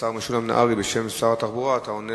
השר משולם נהרי, בשם שר התחבורה, אתה עונה